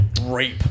Rape